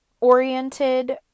oriented